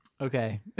Okay